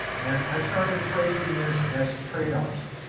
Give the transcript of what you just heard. and i started phrasing this as trade offs.